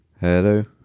Hello